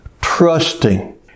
trusting